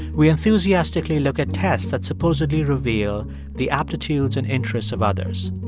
we enthusiastically look at tests that supposedly reveal the aptitudes and interests of others.